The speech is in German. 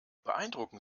beeindrucken